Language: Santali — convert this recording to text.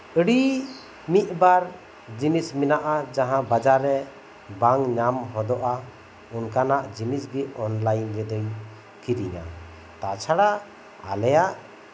ᱟᱹᱰᱤ ᱢᱤᱫᱵᱟᱨ ᱡᱤᱱᱤᱥ ᱢᱮᱱᱟᱜᱼᱟ ᱡᱟᱸᱦᱟ ᱵᱟᱡᱟᱨ ᱨᱮ ᱵᱟᱝ ᱧᱟᱢ ᱦᱚᱫᱚᱜᱼᱟ ᱚᱱᱠᱟᱱᱟᱜ ᱡᱤᱱᱤᱥᱜᱮ ᱚᱱᱞᱟᱭᱤᱱ ᱨᱮᱫᱳᱧ ᱠᱤᱨᱤᱧᱟ ᱛᱟᱪᱷᱟᱲᱟ ᱟᱞᱮᱭᱟᱜ